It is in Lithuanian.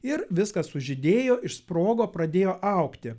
ir viskas sužydėjo išsprogo pradėjo augti